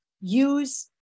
use